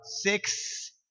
Six